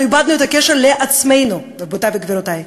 אנחנו איבדנו את הקשר לעצמנו, רבותי וגבירותי.